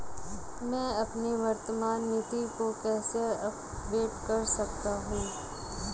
मैं अपनी वर्तमान नीति को कैसे अपग्रेड कर सकता हूँ?